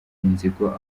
inzigo